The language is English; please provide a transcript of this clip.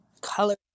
color